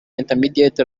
intermediate